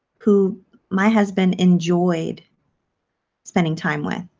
who my husband enjoyed spending time with